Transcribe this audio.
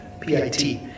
P-I-T